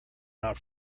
not